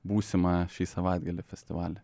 būsimą šį savaitgalį festivalį